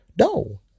No